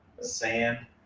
Sand